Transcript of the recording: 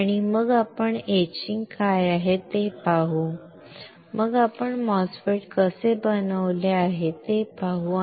आणि मग आपण एचिंग तंत्र काय आहेत ते पाहू मग आपण MOSFET कसे बनवले आहे ते पाहू